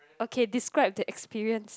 okay describe the experience